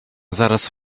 зараз